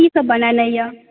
कीसभ बनेनाए अइ हँ